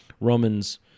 Romans